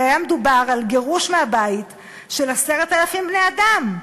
הרי היה מדובר על גירוש מהבית של 10,000 בני-אדם.